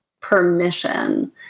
permission